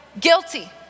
guilty